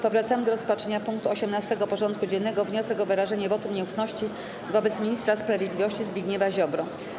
Powracamy do rozpatrzenia punktu 18. porządku dziennego: Wniosek o wyrażenie wotum nieufności wobec Ministra Sprawiedliwości - Zbigniewa Ziobro.